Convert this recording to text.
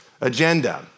agenda